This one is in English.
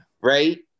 right